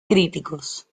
críticos